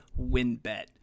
WinBet